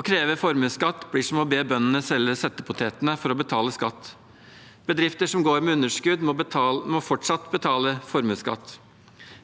Å kreve formuesskatt blir som å be bøndene selge settepotetene for å betale skatt. Bedrifter som går med underskudd, må fortsatt betale formuesskatt.